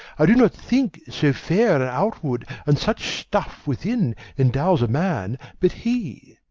i do not think so fair an outward and such stuff within endows a man but he.